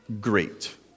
great